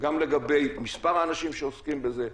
גם לגבי מס' האנשים שעוסקים בזה,